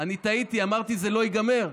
אני טעיתי, אמרתי: זה לא ייגמר.